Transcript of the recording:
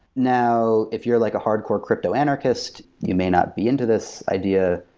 now, if you're like a hardcore crypto-anarchist, you may not be into this idea.